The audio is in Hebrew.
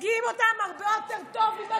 העצמאות ושרוצים אותה יהודית והדמוקרטית?